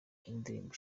indirimbo